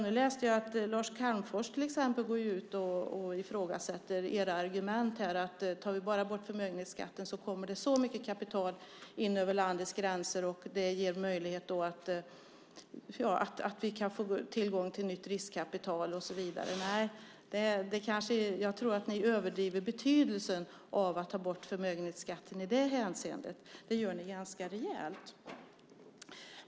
Nu läste jag att Lars Calmfors ifrågasätter era argument där ni säger att tar vi bara bort förmögenhetsskatten kommer så mycket kapital in över landets gränser att vi kan få tillgång till nytt riskkapital och så vidare. Nej, jag tror att ni överdriver betydelsen av att ta bort förmögenhetsskatten i det hänseendet, och det gör ni ganska rejält.